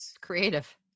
Creative